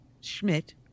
Schmidt